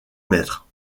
mètres